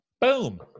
Boom